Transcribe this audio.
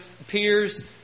appears